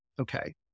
okay